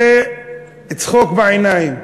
זה צחוק בעיניים.